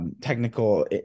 technical